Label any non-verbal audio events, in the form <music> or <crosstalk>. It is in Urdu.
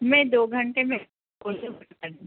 میں دو گھنٹے میں <unintelligible> بتا دوں گی